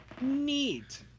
neat